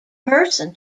person